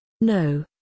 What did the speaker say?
No